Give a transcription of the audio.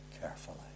carefully